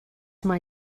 mae